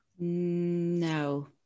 no